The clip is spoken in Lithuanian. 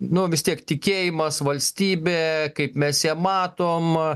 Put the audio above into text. nu vis tiek tikėjimas valstybe kaip mes ją matom a